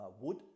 wood